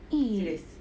eh